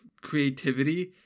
creativity